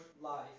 life